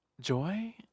Joy